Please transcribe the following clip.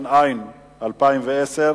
התש"ע 2010,